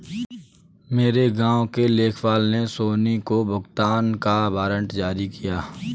मेरे गांव के लेखपाल ने सोनी को भुगतान का वारंट जारी किया